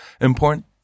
important